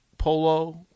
polo